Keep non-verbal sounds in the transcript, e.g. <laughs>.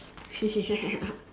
<laughs>